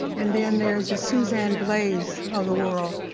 and then there's the suzanne blays of the world,